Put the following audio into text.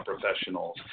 professionals